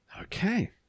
Okay